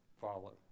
follow